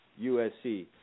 USC